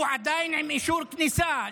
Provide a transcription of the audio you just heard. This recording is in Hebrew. הוא עדיין עם אישור כניסה.